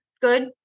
good